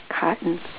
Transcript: cotton